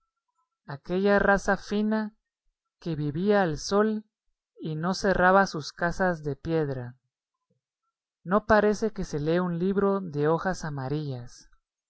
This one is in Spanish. aquella raza fina que vivía al sol y no cerraba sus casas de piedra no parece que se lee un libro de hojas amarillas